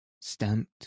stamped